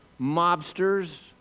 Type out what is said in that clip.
mobsters